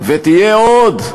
ותהיה עוד,